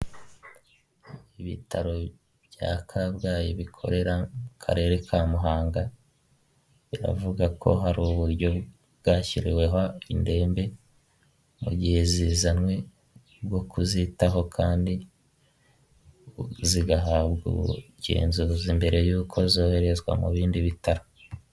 Umugabo mugufi wambaye ipantaro y'umukara n'umupira usa nkivu aho arimo araseka areba umuntu uri kumufotora, inyuma ye hari icyapa kinini cyane gisa ubururu.